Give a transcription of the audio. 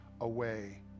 away